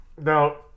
Now